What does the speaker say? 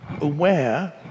aware